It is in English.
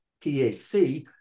THC